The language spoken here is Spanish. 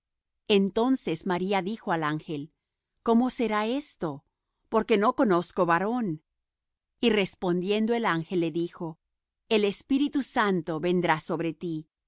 entonces maría dijo al ángel cómo será esto porque no conozco varón y respondiendo el ángel le dijo el espíritu santo vendrá sobre ti